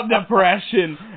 depression